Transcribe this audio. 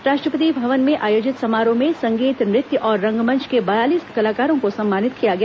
राष्ट्रपति भवन में आयोजित समारोह में संगीत नृत्य और रंगमंच के बयालीस कलाकारों को सम्मानित किया गया